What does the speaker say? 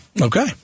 Okay